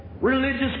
religious